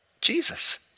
Jesus